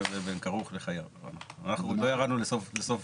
מה ההבדל